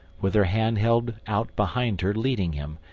with her hand held out behind her leading him,